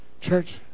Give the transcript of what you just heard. Church